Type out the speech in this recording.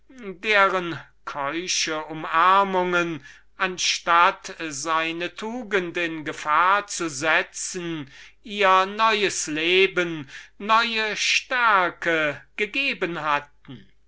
deren keusche umarmungen anstatt seine tugend in gefahr zu setzen ihr neues leben neue stärke gegeben hatten